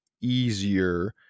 easier